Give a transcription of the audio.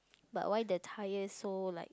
but why the tyre so like